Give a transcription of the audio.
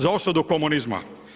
Za osudu komunizma.